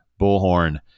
Bullhorn